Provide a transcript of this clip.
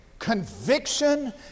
conviction